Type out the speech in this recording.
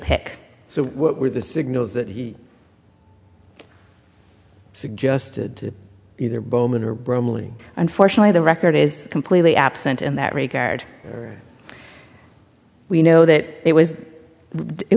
pick so what were the signals that he suggested either bowman or romilly unfortunately the record is completely absent in that regard we know that it was it